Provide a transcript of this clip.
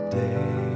day